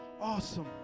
awesome